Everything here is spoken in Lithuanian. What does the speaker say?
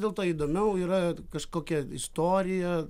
dėl to įdomiau yra kažkokia istorija